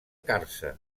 càrcer